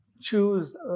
choose